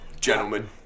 Gentlemen